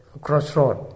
crossroad